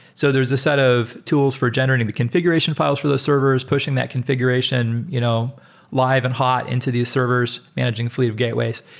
so there is a set of tools for generating the configuration files for those servers, pushing that configuration you know live and hot into these servers, managing a fleet of gateways.